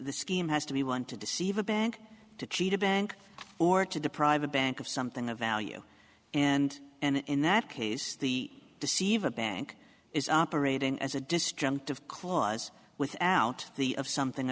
the scheme has to be one to deceive a bank to cheat a bank or to deprive a bank of something of value and and in that case the deceiver bank is operating as a disjunctive clause without the of something